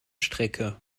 strecke